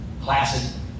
classic